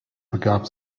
begab